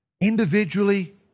individually